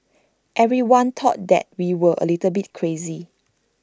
everyone thought that we were A little bit crazy